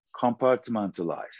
compartmentalized